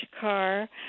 car